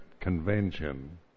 convention